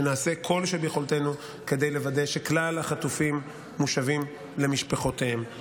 שנעשה כל שביכולתנו כדי לוודא שכלל החטופים מושבים למשפחותיהם.